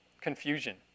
confusion